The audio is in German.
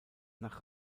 nach